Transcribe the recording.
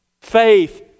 Faith